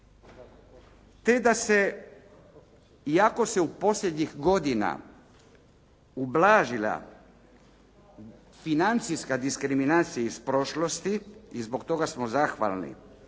te da se, iako se posljednjih godina ublažila financijska diskriminacija iz prošlosti i zbog toga smo zahvalni